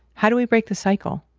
how do we break the cycle?